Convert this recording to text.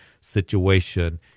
situation